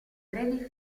brevi